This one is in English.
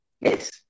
yes